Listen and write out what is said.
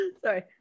Sorry